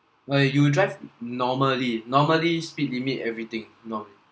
like you drive normally normally speed limit everything not